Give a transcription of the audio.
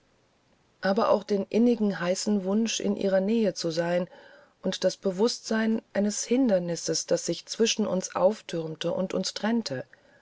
aber auch den innigen heißen wunsch in ihrer nähe zu sein und das bewußtsein eines hindernisses das sich zwischen uns auftürmte und uns trennte